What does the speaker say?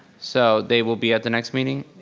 so they will be at the next meeting?